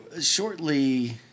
shortly